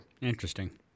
Interesting